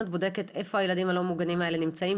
את בודקת איפה הילדים הלא מוגנים האלה נמצאים?